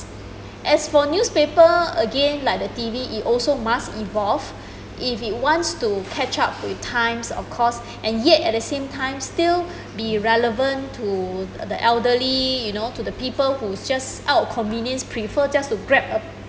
as for newspaper again like the T_V it also must evolve if it wants to catch up with times of course and yet at the same times still be relevant to the elderly you know to the people who just out of convenience prefer just to grab a